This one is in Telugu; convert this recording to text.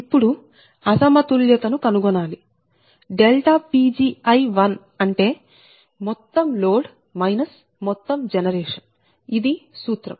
ఇప్పుడు అసమతుల్యత ను కనుగొనాలి Pgi అంటే మొత్తం లోడ్ మొత్తం జనరేషన్ ఇది సూత్రం